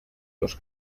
los